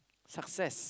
success